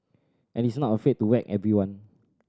and is not afraid to whack everyone